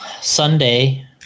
Sunday